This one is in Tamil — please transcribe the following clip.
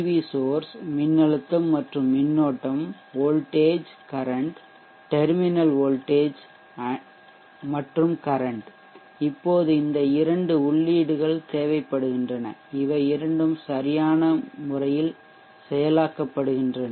வி சோர்ஷ் மின்னழுத்தம் மற்றும் மின்னோட்டம் voltage current terminal voltage current இப்போது இந்த இரண்டு உள்ளீடுகள் தேவைப்படுகின்றன இவை இரண்டும் சரியான முறையில் செயலாக்கப்படுகின்றன